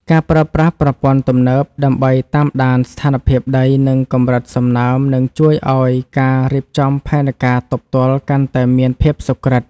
ការប្រើប្រាស់ប្រព័ន្ធទំនើបដើម្បីតាមដានស្ថានភាពដី និងកម្រិតសំណើមនឹងជួយឱ្យការរៀបចំផែនការទប់ទល់កាន់តែមានភាពសុក្រិត។